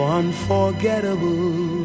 unforgettable